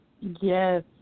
Yes